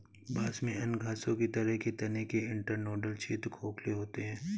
बांस में अन्य घासों की तरह के तने के इंटरनोडल क्षेत्र खोखले होते हैं